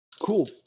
Cool